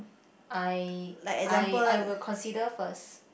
I I I will consider first